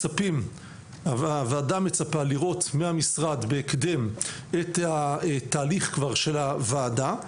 הוועדה מצפה לראות מהמשרד בהקדם את התהליך של הוועדה.